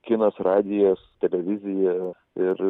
kinas radijas televizija ir